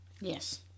Yes